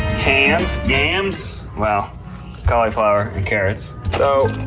hams, yams well cauliflower and carrots. so,